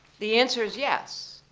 the answer is yes.